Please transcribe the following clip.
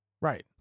right